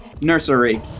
nursery